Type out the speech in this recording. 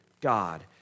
God